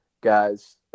guys